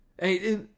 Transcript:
Hey